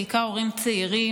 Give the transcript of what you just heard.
בעיקר הורים צעירים,